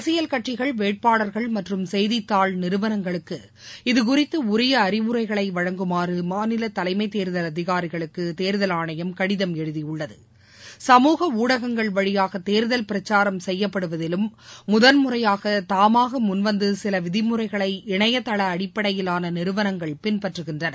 அரசியல் கட்சிகள் வேட்பாளர்கள் மற்றும் செய்தித்தாள் நிறுவனங்களுக்கு இதுகுறித்து உரிய அறிவுரைகளை வழங்குமாறு மாநில தலைளம தேர்தல் அதிகாரிகளுக்கு தேர்தல் ஆணையம் கடிதம் எழுதியுள்ளது சமுக ஊடகம்கள் வழிபாக தேர்தல் பிரக்காரம் செய்யப்படுவதிலும் முதன்முறையாக தாமாக முள்வந்து சில விதிமுறைகளை இணையதள அடிப்படையிலான நிறுவனங்கள் பின்பற்றுகின்றன